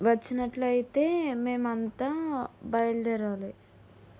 వచ్చినట్లయితే మేమంతా బయలుదేరాలి